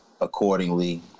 accordingly